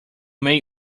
may